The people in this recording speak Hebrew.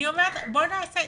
תקשיב,